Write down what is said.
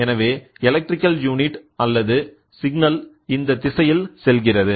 எனவே electrical unit அல்லது signal இந்த திசையில் செல்கிறது